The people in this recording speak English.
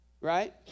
Right